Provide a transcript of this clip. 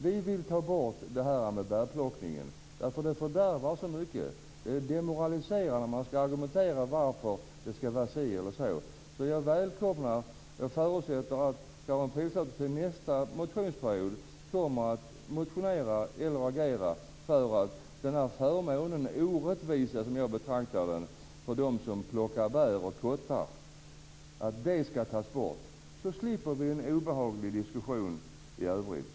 Vi vill ta bort det här med bärplockningen, eftersom det fördärvar så mycket. Det demoraliserar när man skall argumentera för varför det skall vara si eller så. Jag förutsätter därför att Karin Pilsäter till nästa motionsperiod kommer att motionera eller agera för att den här förmånen - eller orättvisan, som jag betraktar den som - för dem som plockar bär och kottar skall tas bort. Då slipper vi en obehaglig diskussion i övrigt.